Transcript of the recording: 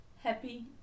happy